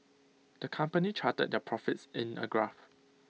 the company charted their profits in A graph